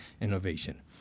innovation